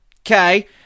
okay